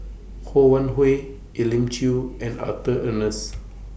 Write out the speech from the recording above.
Ho Wan Hui Elim Chew and Arthur Ernest